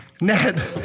Ned